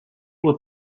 will